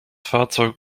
fahrzeug